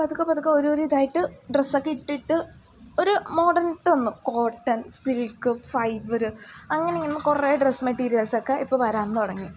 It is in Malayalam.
പതുക്കെ പതുക്കെ ഓരോരോ ഇതായിട്ട് ഡ്രസ്സൊക്കെ ഇട്ടിട്ട് ഒരു മോഡേൺ ഇട്ടു വന്നു കോട്ടൺ സിൽക്ക് ഫൈബർ അങ്ങനെ ഇങ്ങനെ കുറേ ഡ്രസ് മെറ്റീരിയൽസൊക്കെ ഇപ്പം വരാൻ തുടങ്ങി